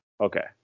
Okay